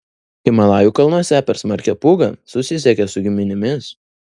himalajų kalnuose per smarkią pūgą susisiekė su giminėmis